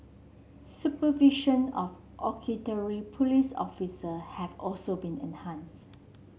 supervision of auxiliary police officer have also been enhanced